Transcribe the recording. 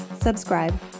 subscribe